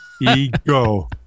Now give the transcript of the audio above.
ego